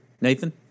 Nathan